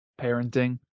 parenting